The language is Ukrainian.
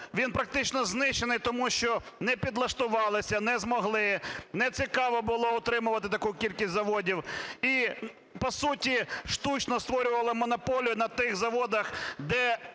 Він практично знищений, тому що не підлаштувались, не змогли не цікаво було утримувати таку кількість заводів і, по суті, штучно створювали монополію на тих заводах, де